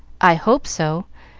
i hope so,